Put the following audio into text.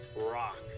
rock